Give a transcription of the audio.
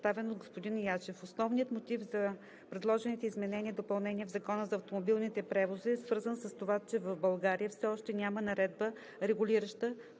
представен от господин Ячев. Основният мотив за предложените изменения и допълнения в Закона за автомобилните превози е свързан с това, че в България все още няма наредба, регулираща